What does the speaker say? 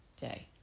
day